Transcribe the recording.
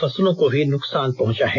फसलों को भी नुकसान पहुंचा है